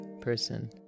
person